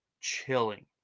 Chilling